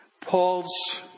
Paul's